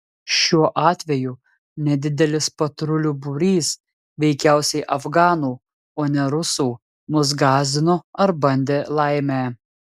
šiuo atveju nedidelis patrulių būrys veikiausiai afganų o ne rusų mus gąsdino ar bandė laimę